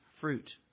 fruit